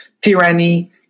tyranny